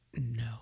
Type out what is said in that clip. no